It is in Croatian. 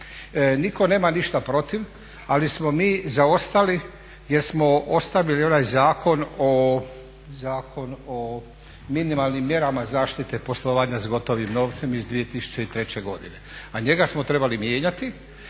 Niko nema ništa protiv ali smo mi zaostali jer smo ostavili onaj Zakon o minimalnim mjerama zaštite poslovanja s gotovim novcem iz 2003.godine a njega smo trebali mijenjati